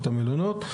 את המלונות,